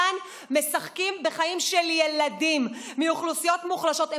כאן משחקים בחיים של ילדים מאוכלוסיות מוחלשות.